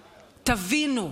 תבינו,